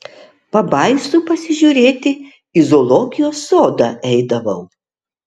pabaisų pasižiūrėti į zoologijos sodą eidavau